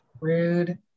Rude